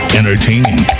entertaining